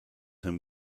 him